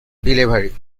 delivery